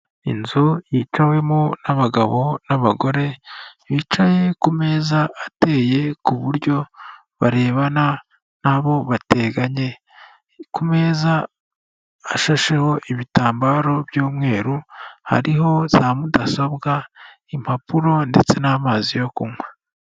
Inzu yicawemo n'abagabo n'abagore, bicaye ku meza ateye ku buryo barebana nabo bateganye. Ku meza ashasheho ibitambaro by'umweru hariho za mudasobwa ,impapuro ndetse n'amazi yo kunywa.